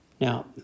Now